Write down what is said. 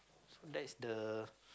so that is the